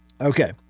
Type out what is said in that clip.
Okay